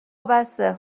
بسه